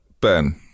Ben